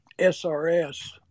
SRS